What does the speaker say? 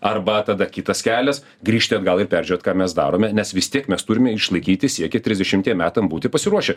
arba tada kitas kelias grįžti atgal ir peržiūrėt ką mes darome nes vis tiek mes turime išlaikyti siekį trisdešimtiem metam būti pasiruošę